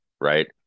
Right